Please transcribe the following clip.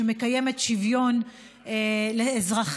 שמקיימת שוויון לאזרחיה,